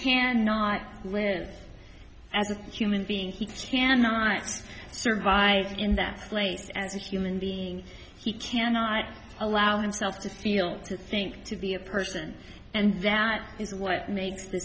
can not live as a human being he cannot survive in that place as a human being he cannot allow himself to feel to think to be a person and that is what makes th